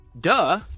duh